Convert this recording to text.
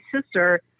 sister